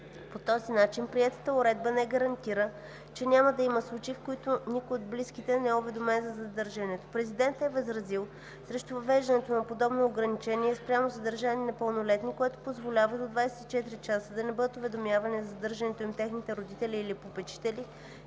По този начин приетата уредба не гарантира, че няма да има случаи, в които никой от близките не е уведомен за задържането. Президентът е възразил срещу въвеждането на подобно ограничение спрямо задържани непълнолетни, което позволява до 24 часа да не бъдат уведомявани за задържането им техните родители или попечители